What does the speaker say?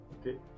Okay